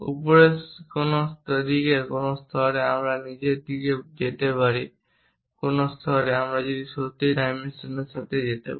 উপরের দিকে কোন স্তরে আমি সত্যিই নীচের দিকে যেতে পারি কোন স্তরে আমি সত্যিই সেই ডাইমেনশনের সাথে যেতে পারি